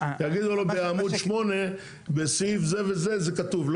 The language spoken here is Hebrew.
יגידו לו בעמוד 8 בסעיף זה וזה זה כתוב.